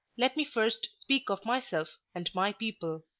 let me first speak of myself and my people.